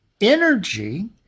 energy